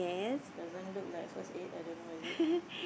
doesn't look like first aid I don't know what is it